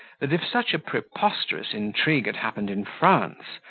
that if such a preposterous intrigue had happened in france,